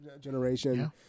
generation